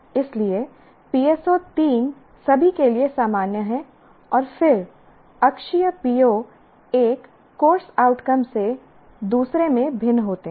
इसलिए PSO3 सभी के लिए सामान्य है और फिर अक्षीय PO एक कोर्स आउटकम से दूसरे में भिन्न होते हैं